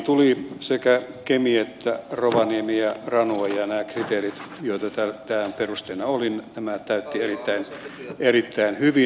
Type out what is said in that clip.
lappiin tuli kemi rovaniemi ja ranua ja nämä kriteerit joita tähän perusteena oli nämä täyttivät erittäin hyvin